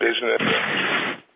business